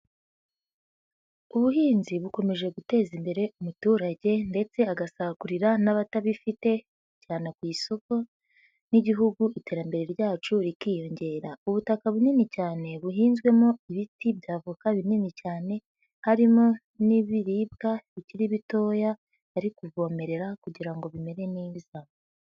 Ubuhinzi bukomeje guteza imbere umuturage ndetse agasagurira n'abatabifite cyane ku isoko n'igihugu iterambere ryacu rikiyongera. Ubutaka bunini cyane buhinzwemo ibiti by'avoka binini cyane harimo n'ibiribwa bikiri bitoya, bari kuvomerera kugira ngo bimere neza.